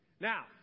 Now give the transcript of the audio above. Now